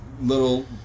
little